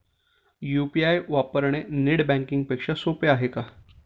UPI वापरणे net banking पेक्षा सोपे आहे का?